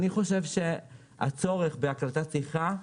אני חושב שהצורך בהקלטת שיחה,